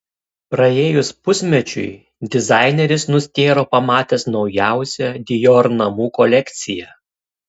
praėjus pusmečiui dizaineris nustėro pamatęs naujausią dior namų kolekciją